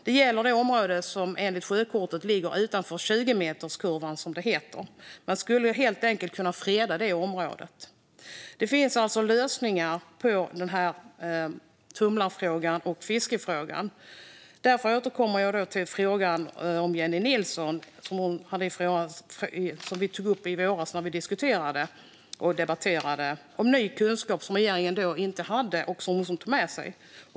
Det gäller det område som enligt sjökortet ligger utanför 20meterskurvan, som det heter. Man skulle kunna helt enkelt kunna freda det området. Det finns alltså lösningar på tumlar och fiskefrågan. Därför återkommer jag till den fråga som jag tog upp med Jennie Nilsson i våras när vi diskuterade och debatterade detta. Det gällde alltså ny kunskap som regeringen då inte hade och som hon tog med sig.